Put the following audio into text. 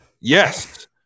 Yes